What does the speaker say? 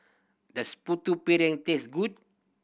does Putu Piring taste good